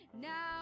now